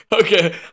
Okay